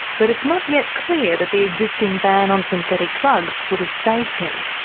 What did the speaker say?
but it's not yet clear that the existing ban on synthetic drugs would have saved him.